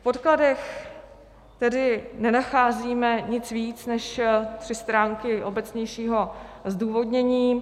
V podkladech tedy nenacházíme nic víc než tři stránky obecnějšího zdůvodnění.